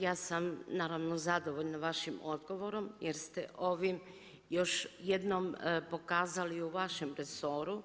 Ja sam naravno zadovoljna vašim odgovorom jer ste ovim još jednom pokazali u vašem resoru